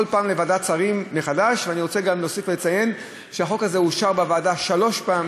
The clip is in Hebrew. צריך לציין שגם את הכנסת החרגנו